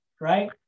right